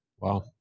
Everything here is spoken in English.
Wow